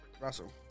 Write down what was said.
Russell